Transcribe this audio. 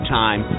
time